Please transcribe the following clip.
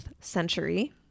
century